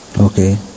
Okay